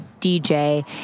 DJ